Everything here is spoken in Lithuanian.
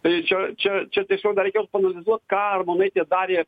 tai čia čia čia tiesiog dar reikės paanalizuoti ką armonaitė darė